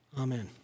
Amen